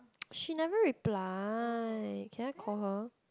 she never reply can I call her